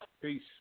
Peace